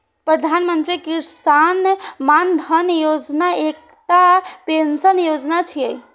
प्रधानमंत्री किसान मानधन योजना एकटा पेंशन योजना छियै